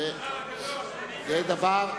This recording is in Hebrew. זה דבר,